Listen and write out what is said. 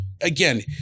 again